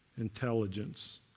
intelligence